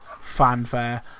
fanfare